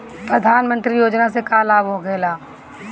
प्रधानमंत्री योजना से का लाभ होखेला?